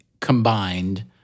combined